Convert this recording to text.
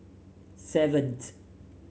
seventh